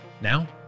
Now